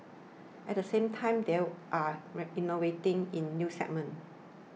at the same time they are innovating in new segments